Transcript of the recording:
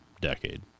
decade